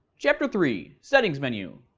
chapter three settings menu,